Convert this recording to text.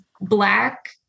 black